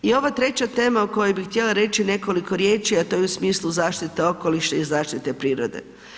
I ova treća tema o kojoj bih htjela reći nekoliko riječi, a to je u smislu zaštite okoliša i zaštite prirode.